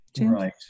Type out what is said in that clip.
Right